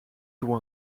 joue